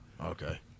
okay